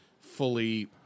fully